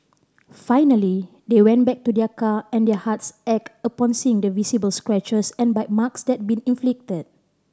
finally they went back to their car and their hearts ached upon seeing the visible scratches and bite marks that had been inflicted